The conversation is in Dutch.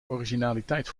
originaliteit